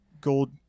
gold